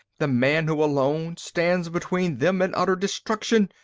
the man who alone stands between them and utter destruction.